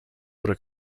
would